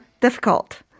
difficult